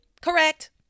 correct